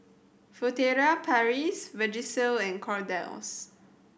Furtere Paris Vagisil and Kordel's